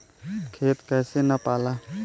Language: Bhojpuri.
खेत कैसे नपाला?